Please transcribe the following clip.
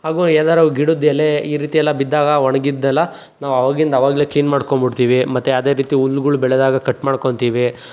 ಹಾಗೂ ಯಾದಾರ ಗಿಡದ ಎಲೆ ಈ ರೀತಿಯೆಲ್ಲ ಬಿದ್ದಾಗ ಒಣಗಿದ್ದೆಲ್ಲ ನಾವು ಅವಾಗಿಂದವಾಗಲೇ ಕ್ಲೀನ್ ಮಾಡಿಕೊಂಡ್ಬುಡ್ತೀವಿ ಮತ್ತು ಯಾವುದೇ ರೀತಿ ಹುಲ್ಲುಗಳು ಬೆಳೆದಾಗ ಕಟ್ ಮಾಡಿಕೊಂತೀವಿ